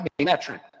metric